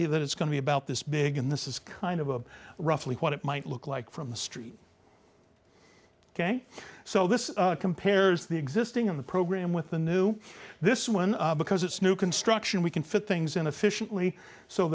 you that it's going to be about this big and this is kind of a roughly what it might look like from the street ok so this compares the existing of the program with the new this one because it's new construction we can fit things inefficiently so